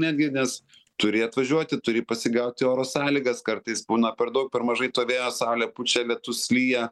netgi nes turi atvažiuoti turi pasigauti oro sąlygas kartais būna per daug per mažai to vėjo saulė pučia lietus lyja